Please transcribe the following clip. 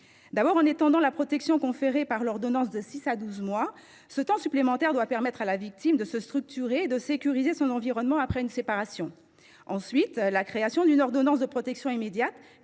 la durée de la protection conférée par l’ordonnance de six à douze mois. Ce temps supplémentaire doit permettre à la victime de se structurer et de sécuriser son environnement après une séparation. Ensuite, la création d’une ordonnance de protection immédiate,